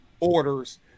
Orders